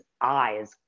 eyes